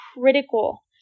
critical